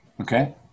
Okay